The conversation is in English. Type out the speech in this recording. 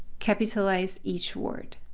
capitalize each word.